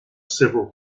several